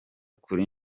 kuri